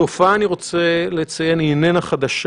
התופעה, אני רוצה לציין, היא איננה חדשה.